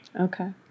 okay